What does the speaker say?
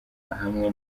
hamwe